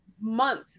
month